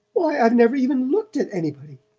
why, i've never even looked at anybody!